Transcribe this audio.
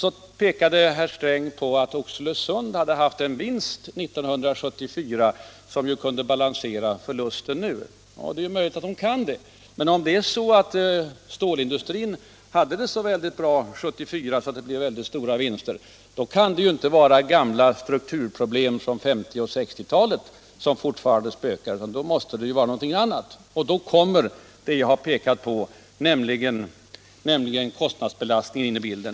Så pekade herr Sträng på att Oxelösund hade haft goda vinster år 1974 som kunde balansera förlusten nu. Ja, det är möjligt, men om det är så att stålindustrin gick med så stora vinster år 1974, kan det ju inte vara fråga om gamla strukturproblem från 1950 och 1960-talen som fortfarande spökar, utan det måste vara någonting annat. Då kommer det jag har pekat på in i bilden, nämligen kostnadsbelastningen.